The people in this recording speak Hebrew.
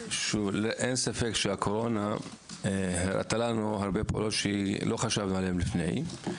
אין ספק שהקורונה הראתה לנו הרבה פעולות שלא חשבנו עליהם לפני,